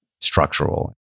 structural